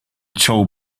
joe